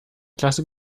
klasse